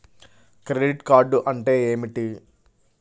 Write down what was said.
Credit card అంటే ఏమిటి?